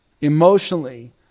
Emotionally